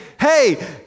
hey